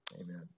Amen